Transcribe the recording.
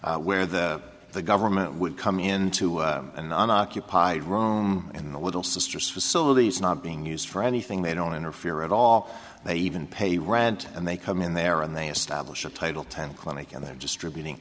about where the the government would come into an unoccupied rome in the little sisters facilities not being used for anything they don't interfere at all they even pay rent and they come in there and they establish a title ten clinic and then distributing